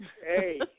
Hey